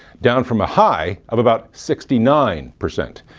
down from a high of about sixty nine percent.